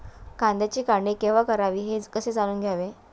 कांद्याची काढणी केव्हा करावी हे कसे जाणून घ्यावे?